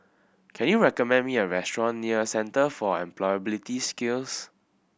can you recommend me a restaurant near Centre for Employability Skills